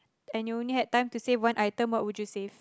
and you only had time to save one item what would you save